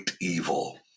evil